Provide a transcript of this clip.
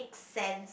sense